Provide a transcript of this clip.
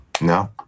No